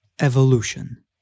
Evolution